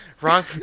Wrong